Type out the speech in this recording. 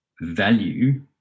value